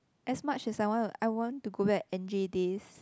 as much as I want I want to go back N_J days